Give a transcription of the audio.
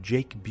Jake